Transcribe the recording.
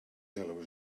yellow